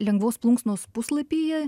lengvos plunksnos puslapyje